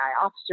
officer